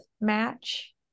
match